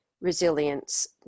resilience